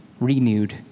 renewed